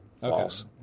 false